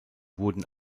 wurden